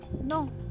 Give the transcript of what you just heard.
no